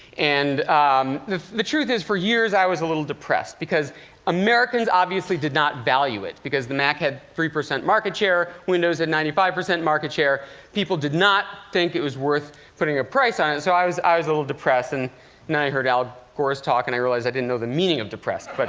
and um the the truth is, for years i was a little depressed, because americans obviously did not value it, because the mac had three percent market share, windows had ninety five percent market share people did not think it was worth putting a price on it. so i was i was a little depressed. and then i heard al gore's talk, and i realized i didn't know the meaning of depressed. but